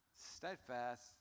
steadfast